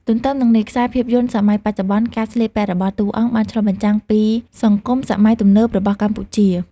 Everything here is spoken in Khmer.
ទន្ទឹមនឹងនេះខ្សែភាពយន្តសម័យបច្ចុប្បន្ន ការស្លៀកពាក់របស់តួអង្គបានឆ្លុះបញ្ចាំងពីសង្គមសម័យទំនើបរបស់កម្ពុជា។